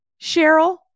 Cheryl